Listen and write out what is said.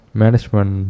management